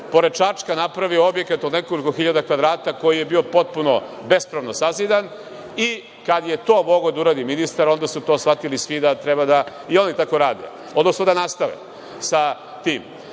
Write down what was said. pored Čačka, napravio objekat od nekoliko hiljada kvadrata koji je bio potpuno bespravno sazidan. I kad je to mogao da uradi ministar, onda su to shvatili svi da treba da i oni tako rade, odnosno da nastave sa